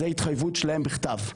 זו התחייבות שלהם בכתב.